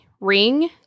ring